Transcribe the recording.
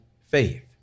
faith